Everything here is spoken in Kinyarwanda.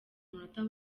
munota